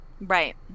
Right